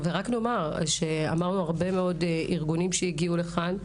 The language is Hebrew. אמרנו שהרבה מאוד ארגונים הגיעו לכאן,